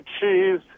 cheese